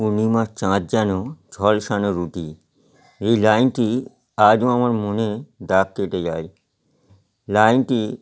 পূর্ণিমার চাঁদ যেন ঝলসানো রুটি এই লাইনটি আজও আমার মনে দাগ কেটে যায় লাইনটি